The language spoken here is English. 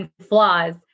flaws